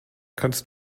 kannst